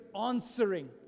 answering